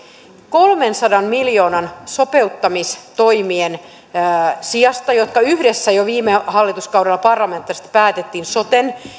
kolmensadan miljoonan sopeuttamistoimien jotka yhdessä jo viime hallituskaudella parlamentaarisesti päätettiin soten